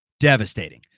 devastating